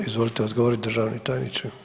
Izvolite odgovoriti državni tajniče.